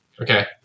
Okay